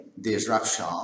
disruption